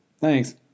Thanks